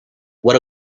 what